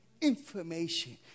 Information